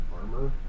armor